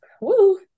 Woo